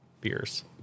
beers